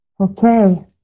Okay